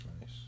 Nice